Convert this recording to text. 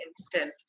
instant